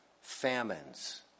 famines